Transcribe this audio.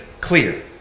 clear